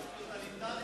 טוטליטרי